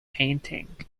painting